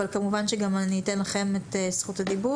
אבל כמובן שאני אתן גם לכם את זכות הדיבור,